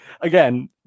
again